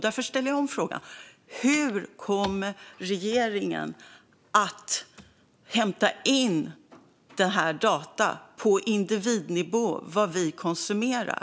Därför ställer jag om frågan: Hur kommer regeringen att hämta in dessa data på individnivå över vad vi konsumerar?